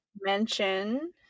mention